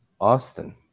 Austin